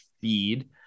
feed